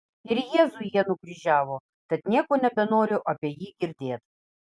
ir jėzų jie nukryžiavo tad nieko nebenoriu apie jį girdėt